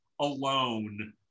alone